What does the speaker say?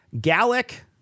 Gallic